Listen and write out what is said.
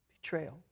Betrayal